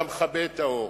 אתה מכבה את האור.